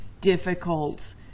difficult